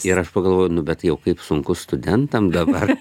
ir aš pagalvojau nu bet jau kaip sunku studentam dabar